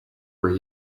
where